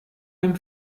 dem